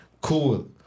cool